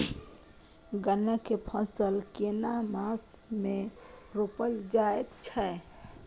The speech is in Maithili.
गन्ना के फसल केना मास मे रोपल जायत छै?